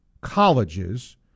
colleges